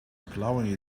plowing